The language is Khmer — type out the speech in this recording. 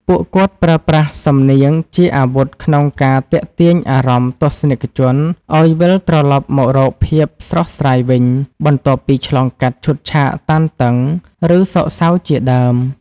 ពួកគាត់ប្រើប្រាស់សំនៀងជាអាវុធក្នុងការទាក់ទាញអារម្មណ៍ទស្សនិកជនឱ្យវិលត្រឡប់មករកភាពស្រស់ស្រាយវិញ បន្ទាប់ពីឆ្លងកាត់ឈុតឆាកតានតឹង ឬសោកសៅជាដើម។